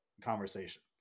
conversation